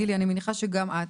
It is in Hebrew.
גילי אני מניחה שגם את.